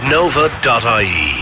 Nova.ie